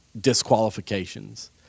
disqualifications